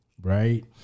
right